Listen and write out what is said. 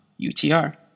UTR